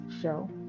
show